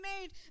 made